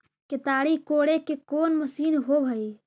केताड़ी कोड़े के कोन मशीन होब हइ?